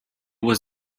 was